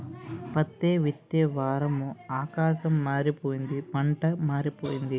పత్తే విత్తే వారము ఆకాశం మారిపోయింది పంటా మారిపోయింది